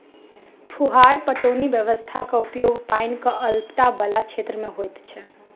फुहार पटौनी व्यवस्थाक उपयोग पाइनक अल्पता बला क्षेत्र मे होइत अछि